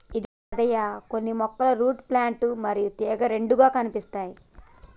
ఇగో యాదయ్య కొన్ని మొక్కలు root plant మరియు తీగ రెండుగా కనిపిస్తాయి